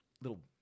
little